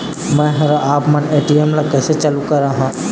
मैं हर आपमन ए.टी.एम ला कैसे चालू कराहां?